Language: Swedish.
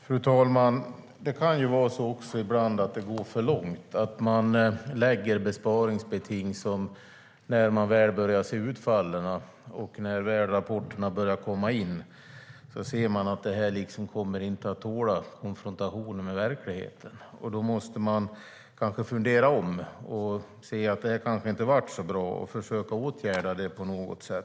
Fru talman! Ibland kan det gå för långt. När man väl ser utfallen av besparingsbetingen och när rapporterna väl börjar komma in ser man att de inte kommer att tåla konfrontation med verkligheten, och då måste man kanske tänka om. När man ser att det inte blev så bra måste man försöka att åtgärda det på något sätt.